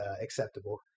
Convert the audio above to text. acceptable